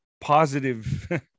positive